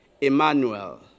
Emmanuel